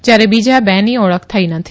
જ્યારે બીજા બેની ઓળખ થઇ નથી